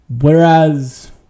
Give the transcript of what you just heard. Whereas